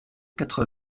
quatre